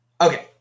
Okay